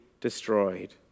destroyed